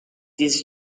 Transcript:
his